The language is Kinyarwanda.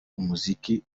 umuziki